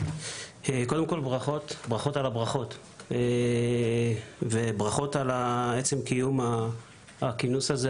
קודם כל ברכות על הברכות ועל עצם קיום הכינוס הזה.